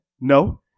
No